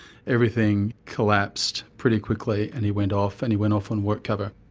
everything collapsed pretty quickly and he went off, and he went off on workcover.